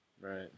Right